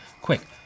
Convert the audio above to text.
Quick